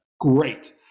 Great